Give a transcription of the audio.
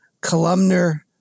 columnar